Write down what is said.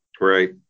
Right